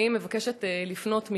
אני מבקשת לפנות מכאן,